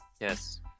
Yes